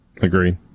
Agree